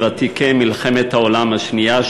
ותיקי מלחמת העולם השנייה,